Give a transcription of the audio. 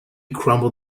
crumble